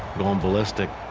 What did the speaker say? going ballistic,